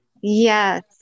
Yes